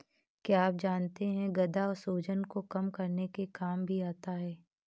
क्या आप जानते है गदा सूजन को कम करने के काम भी आता है?